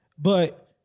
But-